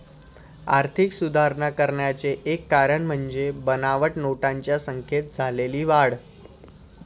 आर्थिक सुधारणा करण्याचे एक कारण म्हणजे बनावट नोटांच्या संख्येत झालेली वाढ